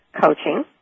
coaching